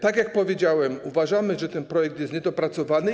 Tak jak powiedziałem, uważamy, że ten projekt jest niedopracowany.